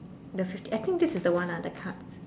the fifty I think this is the one ah the cards